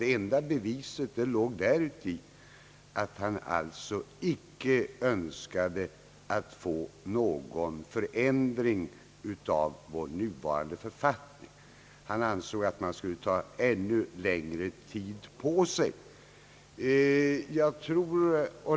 Det enda »beviset» låg i att han icke önskade någon förändring av vår nuvarande författning. Han ansåg att man skulle ta ännu längre tid på sig.